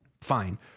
fine